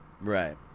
right